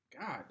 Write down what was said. God